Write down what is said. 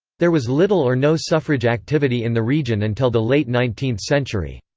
there was little or no suffrage activity in the region until the late nineteenth century.